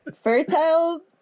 fertile